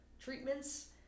treatments